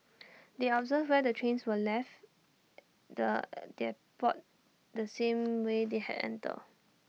they observed where the trains were and left the depot the same way they had entered